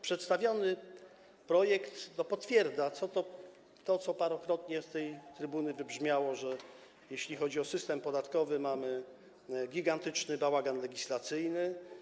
Przedstawiony projekt potwierdza to, co parokrotnie z tej trybuny wybrzmiało, że jeśli chodzi o system podatkowy, mamy gigantyczny bałagan legislacyjny.